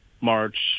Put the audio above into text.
March